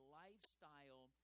lifestyle